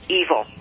evil